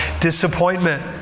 Disappointment